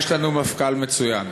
יש לנו מפכ"ל מצוין.